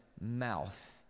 mouth